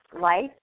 life